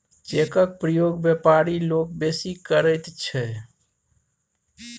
चेकक प्रयोग बेपारी लोक बेसी करैत छै